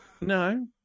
No